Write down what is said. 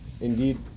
indeed